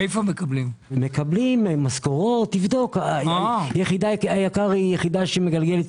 זו יחידה שמגלגלת